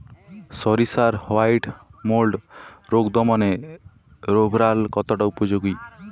সরিষার white mould রোগ দমনে রোভরাল কতটা উপযোগী?